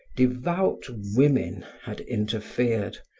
devout women had interfered,